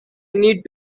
need